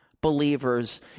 believers